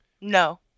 No